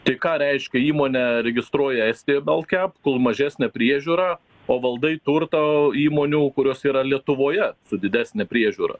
tai ką reiškia įmonę registruoja estija baltkep kol mažesnė priežiūra o valdai turtą įmonių kurios yra lietuvoje su didesne priežiūra